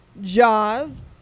Jaws